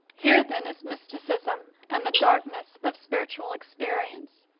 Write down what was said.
here, then, is mysticism and the darkness of spirit ual experience.